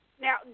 Now